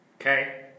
Okay